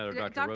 um dr. but